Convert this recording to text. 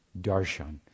darshan